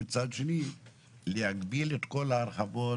ומצד שני להגביל את כל ההרחבות